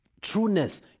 trueness